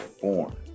born